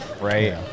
right